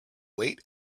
wait